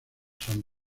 san